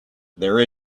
there